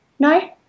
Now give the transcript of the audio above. No